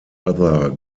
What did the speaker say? other